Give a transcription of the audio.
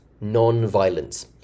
non-violence